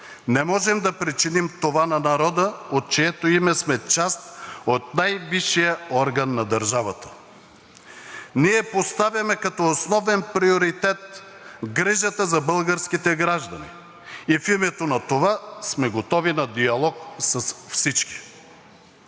не можем да причиним това на народа, от чието име сме част от най-висшия орган на държавата. Ние поставяме като основен приоритет грижата за българските граждани и в името на това сме готови на диалог с всички.